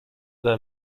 their